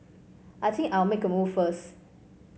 I think I'll make a move first